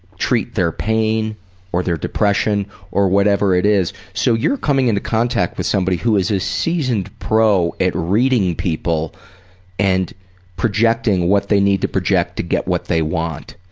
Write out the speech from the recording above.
treat their pain or their depression or whatever it is, so you're coming into contact with someone who is a seasoned pro at reading people and projecting what they need to project to get what they want